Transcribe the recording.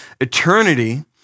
eternity